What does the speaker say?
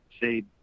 say